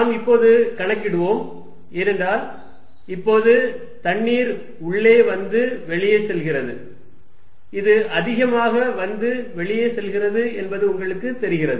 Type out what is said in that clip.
நாம் இப்போது கணக்கிடுவோம் ஏனென்றால் இப்போது தண்ணீர் உள்ளே வந்து வெளியே செல்கிறது இது அதிகமாக வந்து வெளியே செல்கிறது என்பது உங்களுக்குத் தெரிகிறது